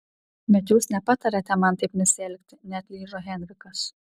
bet jūs nepatariate man taip nesielgti neatlyžo henrikas